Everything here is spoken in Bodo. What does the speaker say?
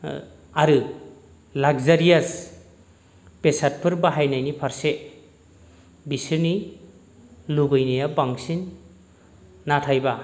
आरो लाग्जारियास बेसादफोर बाहायनायनि फारसे बिसोरनि लुगैनाया बांसिन नाथायबा